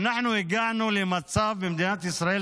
הגענו למצב במדינת ישראל,